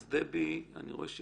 אני רואה שדבי איננה.